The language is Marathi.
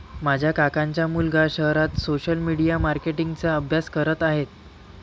माझ्या काकांचा मुलगा शहरात सोशल मीडिया मार्केटिंग चा अभ्यास करत आहे